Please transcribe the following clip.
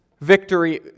victory